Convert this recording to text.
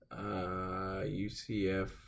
UCF